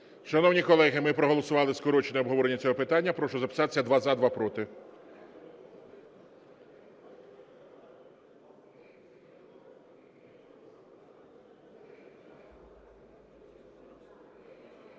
Шановні колеги, ми проголосували скорочене обговорення цього питання. Прошу записатися: два – за, два – проти.